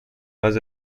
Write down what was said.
nós